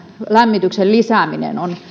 lämmityksen lisääminen päästökauppaan on